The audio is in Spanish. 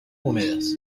húmedas